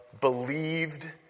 believed